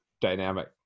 dynamic